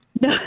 No